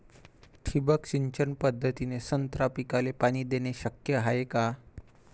ठिबक सिंचन पद्धतीने संत्रा पिकाले पाणी देणे शक्य हाये का?